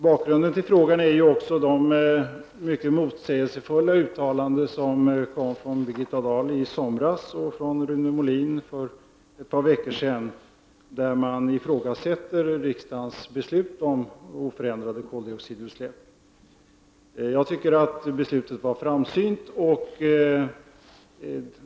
Bakgrunden till min fråga är de mycket motsägelsefulla uttalanden som Birgitta Dahl gjorde i somras och som Rune Molin gjorde för ett par veckor sedan, där de ifrågasatte riksdagens beslut om oförändrade koldioxidutsläpp. Jag anser att beslutet var framsynt.